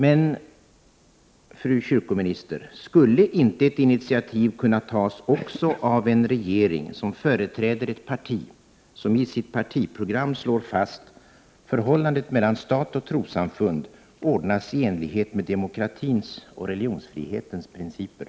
Men, fru kyrkominister, skulle inte ett initiativ kunna tas av en regering som företräder ett parti som i sitt partiprogram slår fast: ”Förhållandet mellan stat och trossamfund ordnas i enlighet med demokratins och religionsfrihetens principer”?